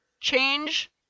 Change